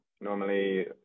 normally